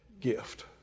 gift